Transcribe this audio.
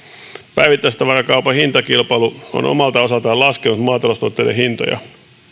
päivittäistavarakaupan hintakilpailu on omalta osaltaan laskenut maataloustuotteiden hintoja